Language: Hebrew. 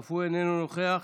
אף הוא איננו נוכח.